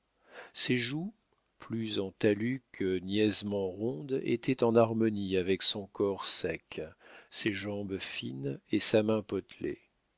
ses joues plus en talus que niaisement rondes étaient en harmonie avec son corps sec ses jambes fines et sa main potelée